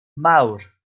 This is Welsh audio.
mawr